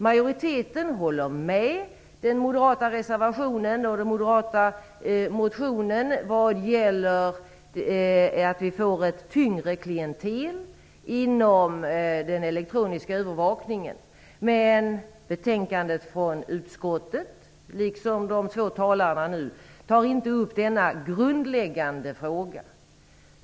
Majoriteten håller med om vad som sägs i den moderata reservationen och i den moderata motionen vad gäller att vi får ett tyngre klientel inom den elektroniska övervakningen. Men utskottsmajoriteten och de två talarna tar inte upp denna grundläggande fråga.